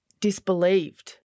disbelieved